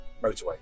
Motorway